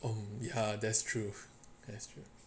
um ya that's truth that's truth